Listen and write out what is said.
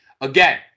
Again